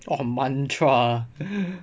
!wah! mantra ah